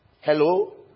Hello